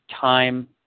time